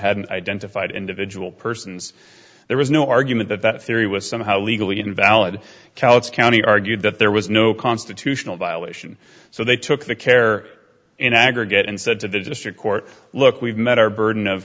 hadn't identified individual persons there was no argument that that theory was somehow legally invalid calyx county argued that there was no constitutional violation so they took the care in aggregate and said to the district court look we've met our burden of